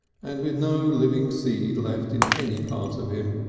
and with no living seed left in any part of him.